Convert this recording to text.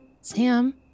Sam